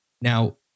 Now